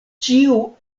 ĉiu